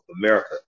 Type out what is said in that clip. America